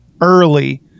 early